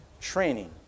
training